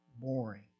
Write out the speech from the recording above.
boring